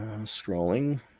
Scrolling